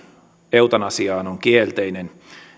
eutanasiaan on kielteinen